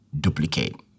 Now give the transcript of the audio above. duplicate